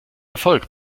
erfolg